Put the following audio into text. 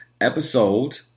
Episode